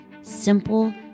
simple